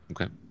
Okay